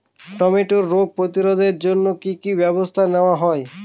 টমেটোর রোগ প্রতিরোধে জন্য কি কী ব্যবস্থা নেওয়া হয়?